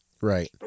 Right